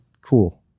cool